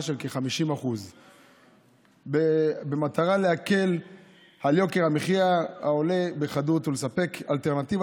של כ-50% במטרה להקל על יוקר המחיה העולה בחדות ולספק אלטרנטיבה